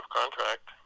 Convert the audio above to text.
contract